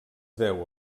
deu